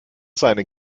seine